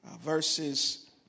verses